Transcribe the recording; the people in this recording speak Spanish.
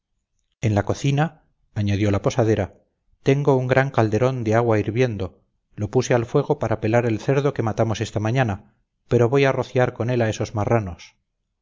en la cocina añadió la posadera tengo un gran calderón de agua hirviendo lo puse al fuego para pelar el cerdo que matamos esta mañana pero voy a rociar con él a esos marranos